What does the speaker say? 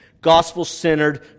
gospel-centered